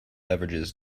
beverages